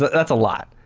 that's a lot.